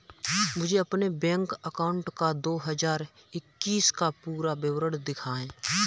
मुझे अपने bank account का दो हज़ार इक्कीस का पूरा विवरण दिखाएँ?